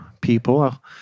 people